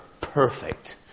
perfect